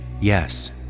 yes